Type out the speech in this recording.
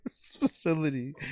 facility